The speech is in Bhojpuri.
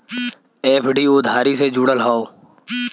एफ.डी उधारी से जुड़ल हौ